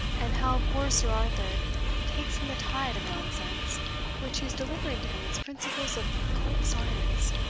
and how poor sir arthur takes in the tide of nonsense which he is delivering to him as principles of occult science!